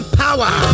power